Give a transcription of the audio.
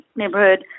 neighborhood